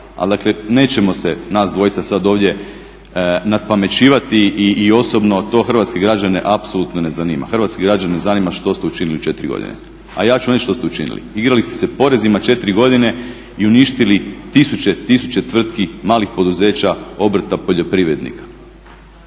dakle nećemo se nas dvojica sad ovdje nadpamećivati i osobno to hrvatske građane apsolutno ne zanima. Hrvatske građane zanima što ste učinili 4 godine. A ja ću vam reći što ste učinili, igrali ste se porezima 4 godine i uništili tisuće i tisuće tvrtki malih poduzeća, obrta, poljoprivrednika.